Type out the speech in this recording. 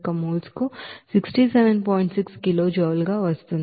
6 kilojoule గా వస్తోంది